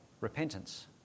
repentance